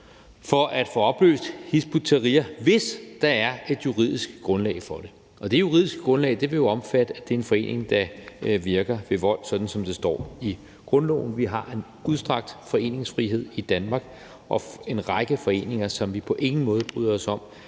for at få opløst Hizb ut-Tahrir, hvis der er et juridisk grundlag for det, og det juridiske grundlag vil jo omfatte, at det er en forening, der virker ved vold, sådan som der står i grundloven. Vi har en udstrakt foreningsfrihed i Danmark, og en række foreninger, som vi på ingen måde bryder os om,